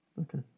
Okay